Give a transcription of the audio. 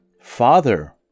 Father